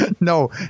No